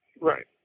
Right